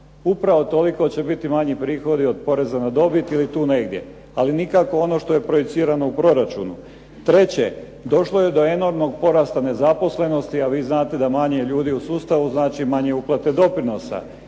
upravo toliko će biti manji prihodi od poreza na dobit ili tu negdje ali nikako ono što je projicirano u proračunu. Treće, došlo je do enormnog porasta nezaposlenosti, a vi znate da manje ljudi u sustavu znači manje uplate doprinosa.